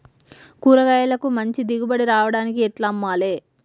కూరగాయలకు మంచి దిగుబడి రావడానికి ఎట్ల అమ్మాలే?